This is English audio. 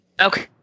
Okay